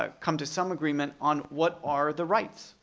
ah come to some agreement on what are the rights?